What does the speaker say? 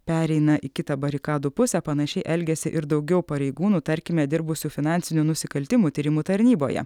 pereina į kitą barikadų pusę panašiai elgiasi ir daugiau pareigūnų tarkime dirbusių finansinių nusikaltimų tyrimų tarnyboje